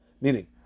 Meaning